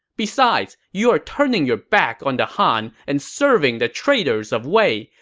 besides, you are turning your back on the han and serving the traitors of wei.